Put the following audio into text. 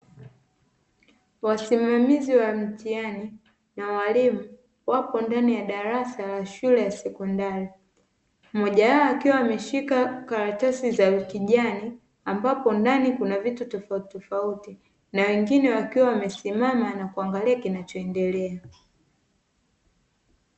Wasimamizi wa mtihani na walimu wapo ndani ya darasa la shule ya sekondari mmoja wao, akiwa ameshika karatasi za kijani, ambapo ndani kuna vitu tofauti tofauti na wengine wakiwa wamesimama wakiangalia kinachoendelea.